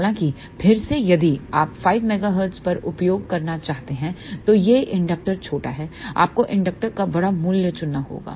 हालांकि फिर से यदि आप 5 मेगाहर्ट्ज पर उपयोग करना चाहते हैं तो यहइंडक्टर छोटा है आपको इंडक्टर का बड़ा मूल्य चुनना होगा